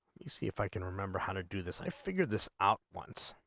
see if i can remember how to do this i figure this out what's